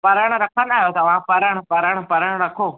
परण रखंदा आहियो तव्हां परण परण परण रखो